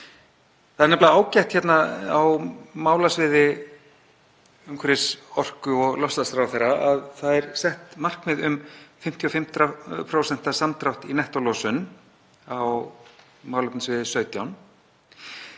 Það er nefnilega ágætt hérna á málasviði umhverfis-, orku- og loftslagsráðherra að þar er sett markmið um 55% samdrátt í nettólosun, á málefnasviði 17.